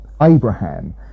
Abraham